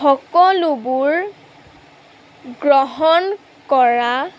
সকলোবোৰ গ্ৰহণ কৰা